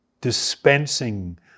dispensing